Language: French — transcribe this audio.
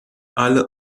halle